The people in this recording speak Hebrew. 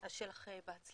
אז שיהיה לך בהצלחה.